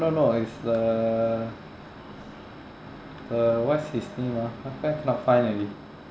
no no it's the the what's his name ah how come I cannot find already